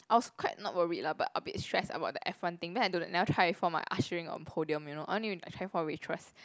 I was quite not worried lah but a bit stressed about the F one thing then I don't know never try before mah ushering on podium you know I only try for waitress